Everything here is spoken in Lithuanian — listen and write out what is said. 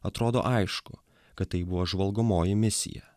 atrodo aišku kad tai buvo žvalgomoji misija